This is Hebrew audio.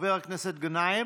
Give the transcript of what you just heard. חבר הכנסת גנאים,